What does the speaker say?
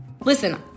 Listen